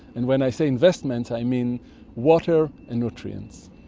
and when i say investments i mean water and nutrients.